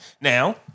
Now